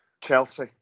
Chelsea